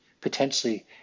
potentially